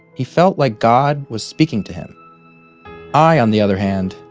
he felt like god was speaking to him i, on the other hand,